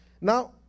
Now